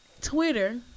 Twitter